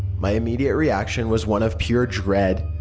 my immediate reaction was one of pure dread,